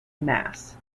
mass